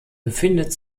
befindet